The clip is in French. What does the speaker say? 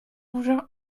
rougeur